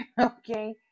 okay